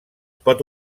pot